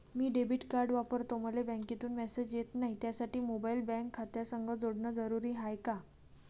मी debit card वापरतो मले बँकेतून मॅसेज येत नाही, त्यासाठी मोबाईल बँक खात्यासंग जोडनं जरुरी हाय का?